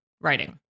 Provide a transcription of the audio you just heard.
writing